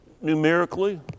numerically